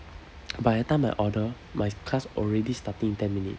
by the time I order my class already starting in ten minute